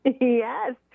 Yes